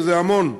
שזה המון,